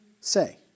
say